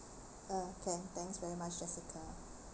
uh can thanks very much jessica